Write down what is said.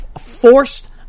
forced